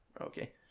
Okay